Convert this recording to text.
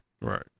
Right